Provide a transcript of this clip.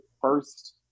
first